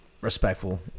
respectful